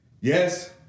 Yes